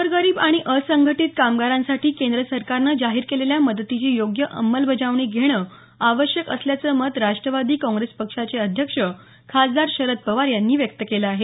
गोरगरीब आणि असंघटीत कामगारांसाठी केंद्र सरकारनं जाहीर केलेल्या मदतीची योग्य अंमलबजावणी घेणं आवश्यक असल्याचं मत राष्टवादी काँग्रेस पक्षाचे अध्यक्ष खासदार शरद पवार यांनी व्यक्त केलं आहे